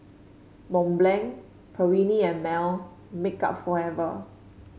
Mont Blanc Perllini and Mel Makeup Forever